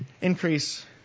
increase